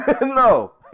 No